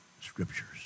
scriptures